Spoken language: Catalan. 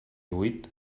huit